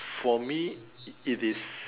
for me it is